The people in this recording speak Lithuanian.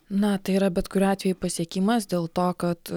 na tai yra bet kuriuo atveju pasiekimas dėl to kad